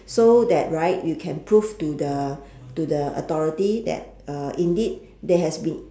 so that right you can prove to the to the authority that uh indeed there has been